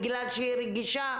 בגלל שהיא רגישה?